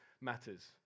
matters